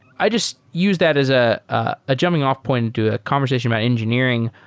i just use that as ah ah a jumping off point into a conversation about engineering.